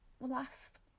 last